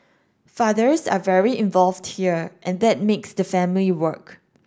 fathers are very involved here and that makes the family work